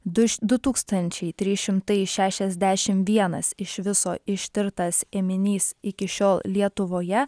du iš du tūkstančiai trys šimtai šešiasdešimt vienas iš viso ištirtas ėminys iki šiol lietuvoje